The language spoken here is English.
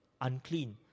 unclean